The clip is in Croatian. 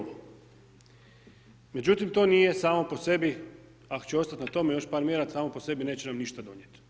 Međutim, to nije samo po sebi ako ću ostati na tome još par mjera samo po sebi neće nam ništa donijeto.